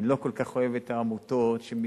אני לא כל כך אוהב את העמותות שמתערבות,